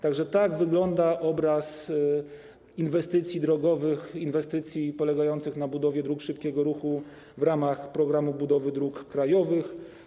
Tak że tak wygląda obraz inwestycji drogowych, inwestycji polegających na budowie dróg szybkiego ruchu w ramach programu budowy dróg krajowych.